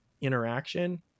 interaction